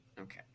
Okay